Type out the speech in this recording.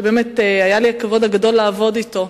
שבאמת היה לי הכבוד הגדול לעבוד אתו,